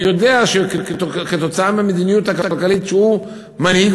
הוא יודע שכתוצאה מהמדיניות הכלכלית שהוא מנהיג,